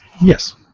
Yes